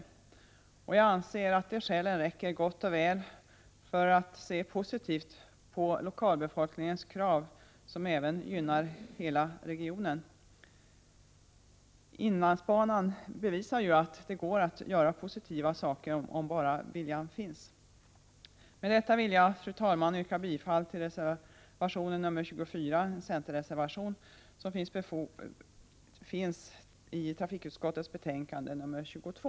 Och jag anser att de skälen räcker gott och väl för att se positivt på lokalbefolkningens krav som även gynnar hela regionen. Det som skett i fråga om inlandsbanan bevisar ju att det går att göra positiva saker, om bara viljan finns. Med detta vill jag, fru talman, yrka bifall till reservation 24 — en centerreservation — vid trafikutskottets betänkande nr 22.